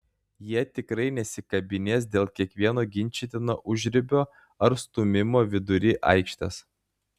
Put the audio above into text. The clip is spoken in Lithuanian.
jie tikrai nesikabinės dėl kiekvieno ginčytino užribio ar stūmimo vidury aikštės